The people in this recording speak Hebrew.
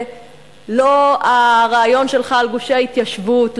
לא הרעיון שלך על גושי ההתיישבות,